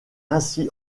ainsi